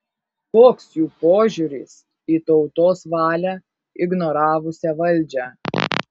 koks jų požiūris į tautos valią ignoravusią valdžią